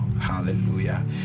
Hallelujah